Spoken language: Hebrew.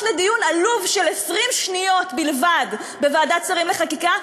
לדיון עלוב של 20 שניות בלבד בוועדת שרים לחקיקה,